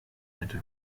hätte